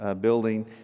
building